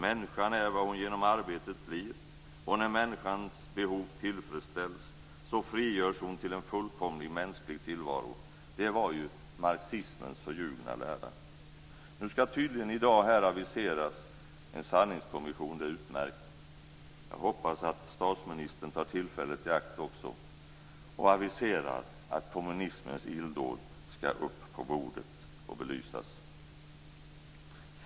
Människan är vad hon genom arbetet blir, och när människans behov tillfredsställs så frigörs hon till en fullkomlig mänsklig tillvaro - det var marxismens förljugna lära. Nu skall tydligen här i dag aviseras en sanningskommission. Det är utmärkt. Jag hoppas att statsministern tar tillfället i akt och också aviserar att kommunismens illdåd skall upp på bordet och belysas.